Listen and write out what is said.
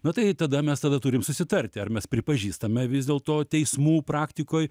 na tai tada mes tada turim susitarti ar mes pripažįstame vis dėlto teismų praktikoj